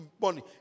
money